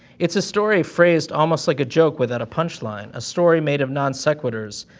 it's a story phrased almost like a joke without a punchline a story made of non sequiturs,